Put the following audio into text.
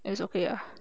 just okay ah